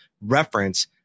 reference